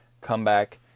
comeback